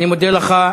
אני מודה לך.